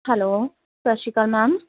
hello ਸਤਿ ਸ਼੍ਰੀ ਅਕਾਲ ਮੈਮ